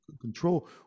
control